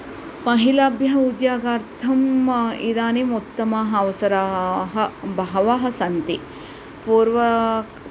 महिलाभ्यः उद्योगार्थं इदानीम् उत्तमाः अवसराः बहवः सन्ति पूर्व